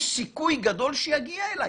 יש סיכוי גדול שיגיע אלי?